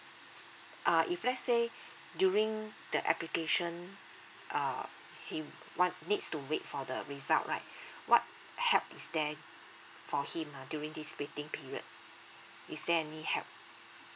ah if let's say during the application err he want needs to wait for the result right what help is there for him ah during this waiting period is there any help